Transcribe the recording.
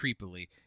creepily